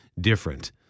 different